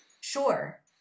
Sure